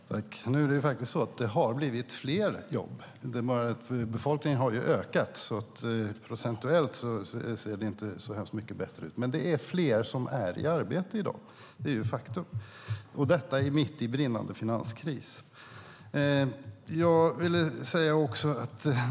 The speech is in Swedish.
Herr talman! Nu är det faktiskt så att det har blivit fler jobb. Befolkningen har ju ökat, så procentuellt ser det inte så mycket bättre ut, men faktum är att fler är i arbete i dag, och detta mitt i brinnande finanskris.